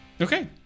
Okay